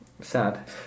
Sad